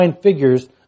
figures